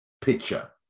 picture